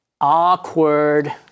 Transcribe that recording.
Awkward